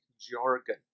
Jargon